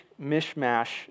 mishmash